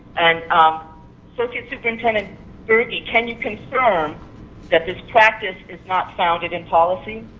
and associate superintendent burge can you confirm that this practice is not founded in policy?